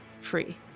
free